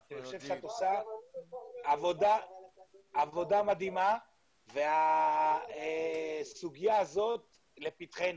אני חושב שאת עושה עבודה מדהימה והסוגיה הזאת לפתחנו.